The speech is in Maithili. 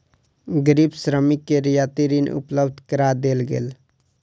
गरीब श्रमिक के रियायती ऋण उपलब्ध करा देल गेल